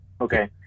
Okay